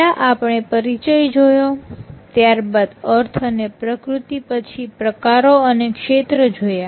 પહેલા આપણે પરિચય જોયો ત્યારબાદ અર્થ અને પ્રકૃતિ પછી પ્રકારો અને ક્ષેત્ર જોયા